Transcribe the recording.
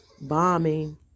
bombing